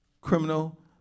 criminal